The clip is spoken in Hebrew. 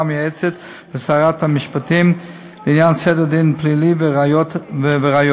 המייעצת לשרת המשפטים לעניין סדר דין פלילי וראיות.